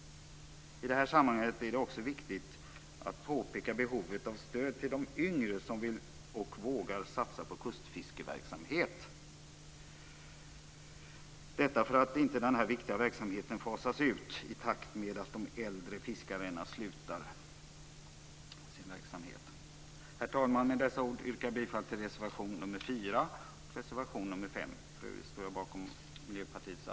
I det här sammanhanget är det också viktigt att påpeka behovet av stöd till de yngre som vill och vågar satsa på kustfiskeverksamhet, detta för att inte den här viktiga verksamheten fasas ut i takt med att de äldre fiskarna slutar sin verksamhet. Herr talman! Med dessa ord yrkar jag bifall till reservationerna 4 och 5. För övrigt står jag bakom